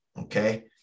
Okay